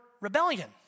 rebellion